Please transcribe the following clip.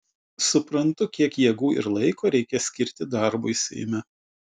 suprantu kiek jėgų ir laiko reikia skirti darbui seime